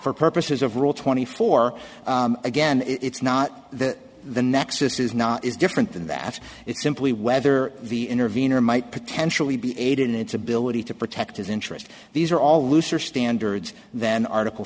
for purposes of rule twenty four again it's not that the nexus is not is different than that it's simply whether the intervenor might potentially be aided in its ability to protect his interest these are all looser standards than article